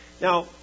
Now